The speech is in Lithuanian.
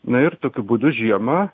na ir tokiu būdu žiemą